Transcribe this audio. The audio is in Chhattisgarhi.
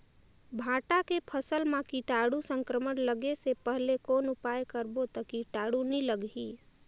भांटा के फसल मां कीटाणु संक्रमण लगे से पहले कौन उपाय करबो ता कीटाणु नी लगही?